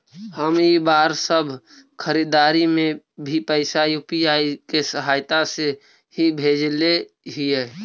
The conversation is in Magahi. हम इ बार सब खरीदारी में भी पैसा यू.पी.आई के सहायता से ही भेजले हिय